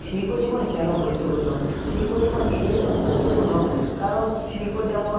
শিল্প জীবন কেন গুরুত্বপূর্ণ শিল্প জীবন এই জন্য গুরুত্বপূর্ণ কারণ শিল্প যেমন